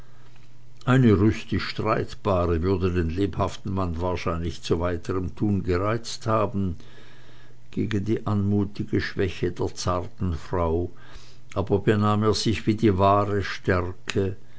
eine rüstig streitbare würde den lebhaften mann wahrscheinlich zu weiterm tun gereizt haben gegen die anmutige schwäche der zarten frau aber benahm er sich wie die wahre stärke